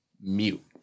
mute